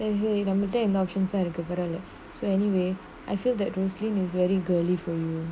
eh !hey! நம்மட்ட எந்த:nammata entha options தா இருக்கு பரவால:thaa iruku paravaala so anyway I feel that rosaline is very girly for you